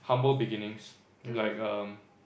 humble beginnings like erm